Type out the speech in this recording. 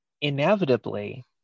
inevitably